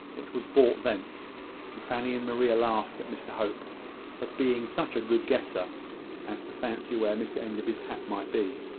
it was brought thence and fanny and mary laughed at mr hope for being such a good guesser as to fancy where mr enderby's hat might be,